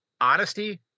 Honesty